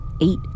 eight